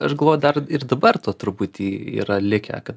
aš galvoju dar ir dabar to truputį yra likę kad